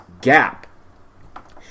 gap